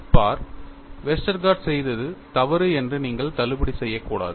பார் Westergaard செய்தது தவறு என்று நீங்கள் தள்ளுபடி செய்யக்கூடாது